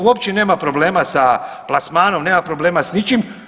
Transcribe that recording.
Uopće nema problema sa plasmanom, nema problema s ničim.